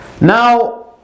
Now